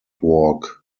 walk